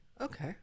okay